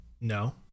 No